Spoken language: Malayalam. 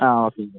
ആ ഓക്കെ ഓക്കെ